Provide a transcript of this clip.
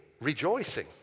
rejoicing